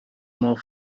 more